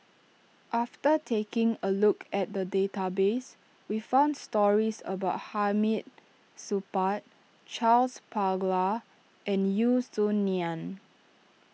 after taking a look at the database we found stories about Hamid Supaat Charles Paglar and Yeo Song Nian